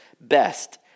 best